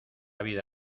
vida